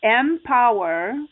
empower